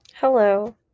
Hello